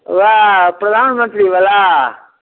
उएह प्रधानमंत्रीवला